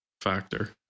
factor